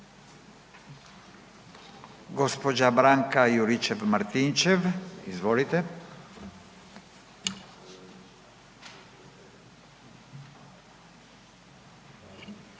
Gospođa Branka Juričev Martinčev. Izvolite.